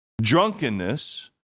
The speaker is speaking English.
drunkenness